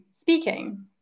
speaking